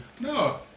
No